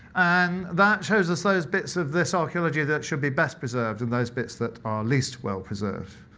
and that shows us those bits of this archeology that should be best preserved and those bits that are least well preserved.